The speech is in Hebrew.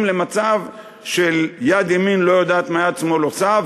למצב של יד ימין לא יודעת מה יד שמאל עושה,